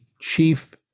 chief